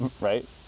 right